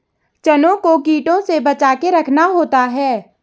चनों को कीटों से बचाके रखना होता है